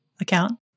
account